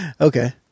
okay